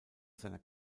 seiner